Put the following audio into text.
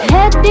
Head